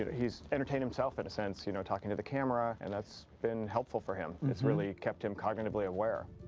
he's entertained himself in a sense, you know, talking to the camera, and that's been helpful for him. and it's really kept him cognitively aware.